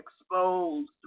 exposed